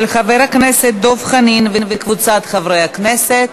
של חבר הכנסת דב חנין וקבוצת חברי הכנסת.